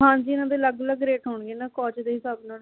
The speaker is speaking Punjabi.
ਹਾਂਜੀ ਇਹਨਾਂ ਦੇ ਅਲੱਗ ਅਲੱਗ ਰੇਟ ਹੋਣਗੇ ਨਾ ਕੌਚ ਦੇ ਹਿਸਾਬ ਨਾਲ